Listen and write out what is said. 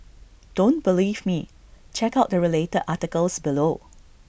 don't believe me check out the related articles below